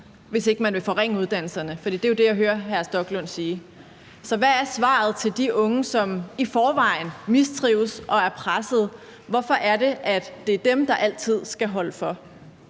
hvis ikke man vil forringe uddannelserne – for det er jo det, jeg hører hr. Rasmus Stoklund sige. Så hvad er svaret til de unge, som i forvejen mistrives og er pressede? Hvorfor er det, at det er dem, der altid skal holde for?